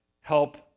help